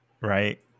right